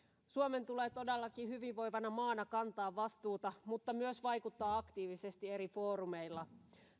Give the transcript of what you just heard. suomen tulee todellakin hyvinvoivana maana kantaa vastuuta mutta myös vaikuttaa aktiivisesti eri foorumeilla